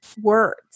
words